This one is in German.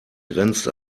grenzt